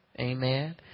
Amen